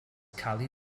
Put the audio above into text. kali